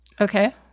Okay